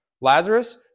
Lazarus